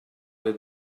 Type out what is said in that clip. les